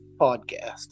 podcast